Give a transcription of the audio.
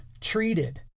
treated